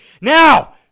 now